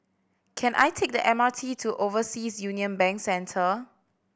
can I take the M R T to Overseas Union Bank Centre